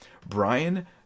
Brian